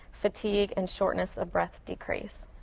fatigue, and shortness of breath decrease.